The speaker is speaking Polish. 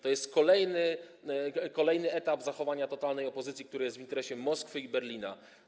To jest kolejny etap zachowania totalnej opozycji, które jest w interesie Moskwy i Berlina.